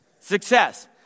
Success